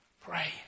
Pray